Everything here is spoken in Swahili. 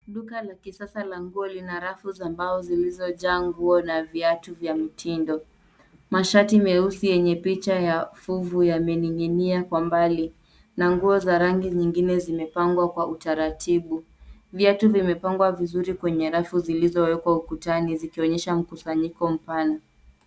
Duka la kisada la nguo lina rafu za mbao zilizojaa nguo na viatu vya mtindo. Mashati meusi yenye picha ya fufu yamening'inia wa mbali na nguo za rangi nyingine zimepangwa kwa utaratibu. Viatu vimepangwa vizuri kwenye rafu zilizowekwa ukutani zikionyesha mkusanyiko mpana.